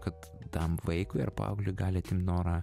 kad tam vaikui ar paaugliui gali atimt norą